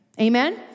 Amen